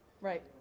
Right